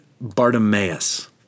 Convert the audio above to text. Bartimaeus